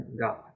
God